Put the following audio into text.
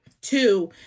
Two